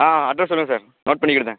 ஆ address சொல்லுங்க sir note பண்ணிகிடுதேன்